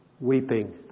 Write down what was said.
Weeping